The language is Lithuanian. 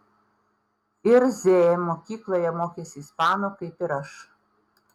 ir z mokykloje mokėsi ispanų kaip ir aš